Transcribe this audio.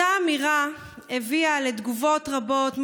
אותה אמירה הביאה לתגובות רבות,